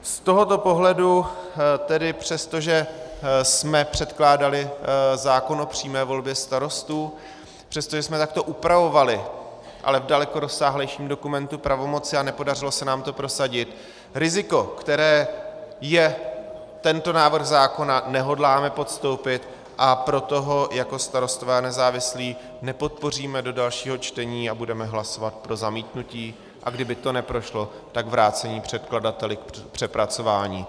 Z tohoto pohledu tedy, přestože jsme předkládali zákon o přímé volbě starostů, přestože jsme takto upravovali, ale v daleko rozsáhlejším dokumentu, pravomoci, a nepodařilo se nám to prosadit, riziko, kterým je tento návrh zákona, nehodláme podstoupit, a proto ho jako Starostové a nezávislí nepodpoříme do dalšího čtení a budeme hlasovat pro zamítnutí, a kdyby to neprošlo, tak vrácení předkladateli k přepracování.